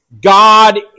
God